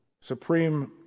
supreme